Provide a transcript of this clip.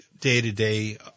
day-to-day